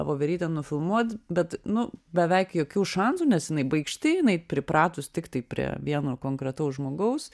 voverytę nufilmuot bet nu beveik jokių šansų nes jinai baikšti jinai pripratus tiktai prie vieno konkretaus žmogaus